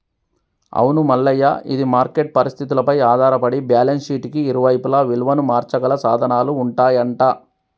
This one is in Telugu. అవును మల్లయ్య ఇది మార్కెట్ పరిస్థితులపై ఆధారపడి బ్యాలెన్స్ షీట్ కి ఇరువైపులా విలువను మార్చగల సాధనాలు ఉంటాయంట